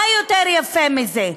מה יותר יפה מזה?